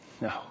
No